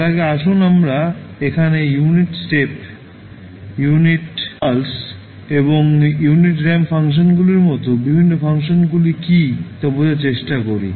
তার আগে আসুন আমরা এখানে ইউনিট স্টেপ ইউনিট ইম্পালস এবং ইউনিট র্যাম্প ফাংশনগুলির মতো বিভিন্ন ফাংশনগুলি কী তা বোঝার চেষ্টা করি